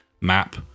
map